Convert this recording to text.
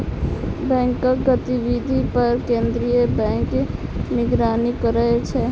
बैंकक गतिविधि पर केंद्रीय बैंक निगरानी करै छै